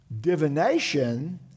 divination